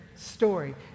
Story